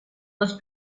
was